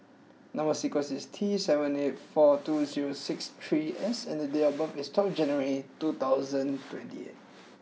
number sequence is T seven eight four two zero six three S and date of birth is twelve January two thousand twenty eight